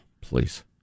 please